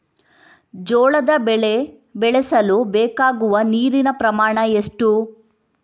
ಜೋಳದ ಬೆಳೆ ಬೆಳೆಸಲು ಬೇಕಾಗುವ ನೀರಿನ ಪ್ರಮಾಣ ಎಷ್ಟು?